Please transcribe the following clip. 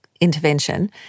intervention